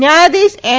ન્યાયાધીશ એન